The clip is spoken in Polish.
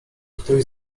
ktoś